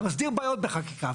אתה מסדיר בעיות בחקיקה.